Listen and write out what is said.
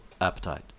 appetite